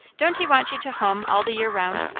don't he want you to hum all the year round?